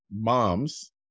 moms